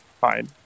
fine